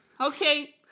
Okay